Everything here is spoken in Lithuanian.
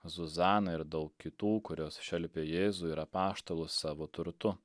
zuzana ir daug kitų kurios šelpė jėzų ir apaštalus savo turtu